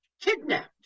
kidnapped